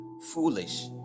foolish